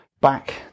back